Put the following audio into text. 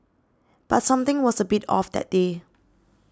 but something was a bit off that day